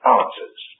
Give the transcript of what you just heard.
answers